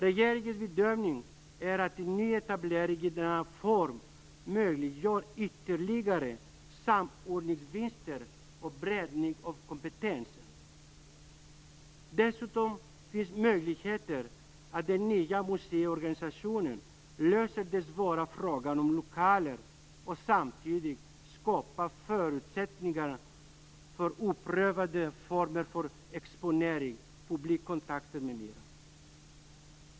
Regeringens bedömning är att en ny etablering i denna form möjliggör ytterligare samordningsvinster och breddning av kompetensen. Dessutom finns möjligheten att den nya museiorganisationen löser den svåra frågan om lokaler samtidigt som den skapar förutsättningar för oprövade former för exponering, publikkontakter m.m.